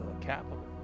capital